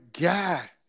guy